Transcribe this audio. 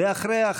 ואחריה,